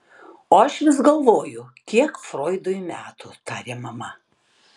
o aš vis galvoju kiek froidui metų tarė mama